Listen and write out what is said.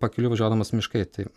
pakeliui važiuodamas miškai tai